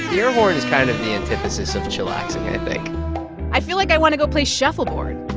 air horn is kind of the antithesis of chillaxing, i think i feel like i want to go play shuffleboard